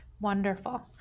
Wonderful